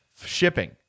shipping